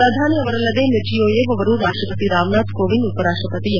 ಪ್ರಧಾನಿ ಅವರಲ್ಲದೆ ಮಿರ್ಜಿಯೊಯೆವ್ ಅವರು ರಾಷ್ಟಪತಿ ರಾಮ್ ನಾಥ್ ಕೋವಿಂದ್ ಉಪರಾಷ್ಟಪತಿ ಎಂ